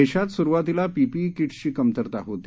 देशात सुरुवातीला पीपीई किट्सची कमतरता होती